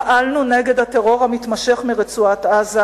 פעלנו נגד הטרור המתמשך מרצועת-עזה,